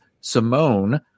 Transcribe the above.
Simone